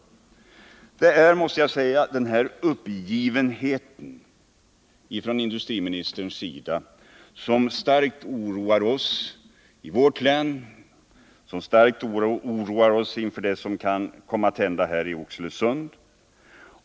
Det är den här uppgivenheten från industriministern som oroar oss så starkt. Inte minst är vi oroade över vad som kan komma att hända i Oxelösund.